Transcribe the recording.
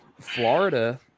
Florida